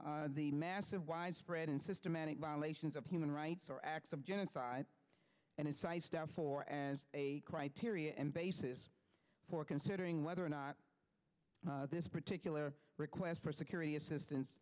on the massive widespread and systematic violations of human rights or acts of genocide and it's i stand for as a criteria and basis for considering whether or not this particular request for security assistance